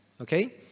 Okay